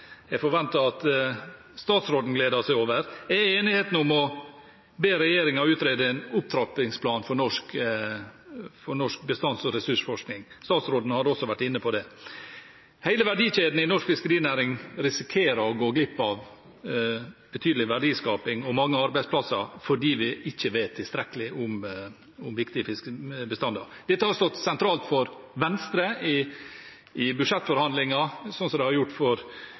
at statsråden gleder seg over, er enigheten om å be regjeringen utrede en opptrappingsplan for norsk bestands- og ressursforskning. Statsråden har også vært inne på det. Hele verdikjeden i norsk fiskerinæring risikerer å gå glipp av betydelig verdiskaping og mange arbeidsplasser fordi vi ikke vet tilstrekkelig om viktige bestander. Dette har stått sentralt for Venstre i budsjettforhandlinger, slik som det har gjort for